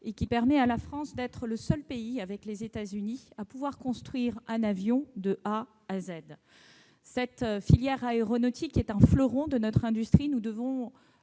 et qui permettent à la France d'être le seul pays, avec les États-Unis, à pouvoir construire un avion de A à Z. Cette filière est un fleuron de notre industrie et nous devons